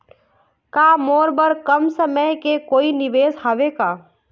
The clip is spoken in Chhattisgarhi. का मोर बर कम समय के कोई निवेश हावे का?